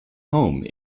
home